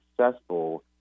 successful